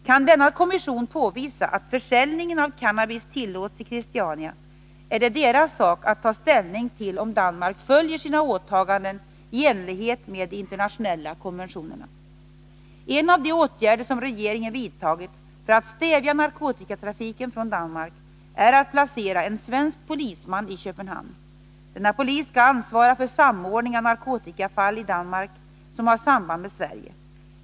Kan denna kommission påvisa att försäljningen av cannabis tillåts i Christiania är det deras sak att ta ställning till om Danmark följer sina åtaganden i enlighet med de internationella konventionerna. En av de åtgärder som regeringen vidtagit för att stävja narkotikatrafiken från Danmark är att placera en svensk polisman i Köpenhamn. Denna polis skall ansvara för samordning av narkotikafall i Danmark som har samband med Sverige.